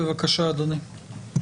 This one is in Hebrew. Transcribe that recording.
בבקשה, אדוני.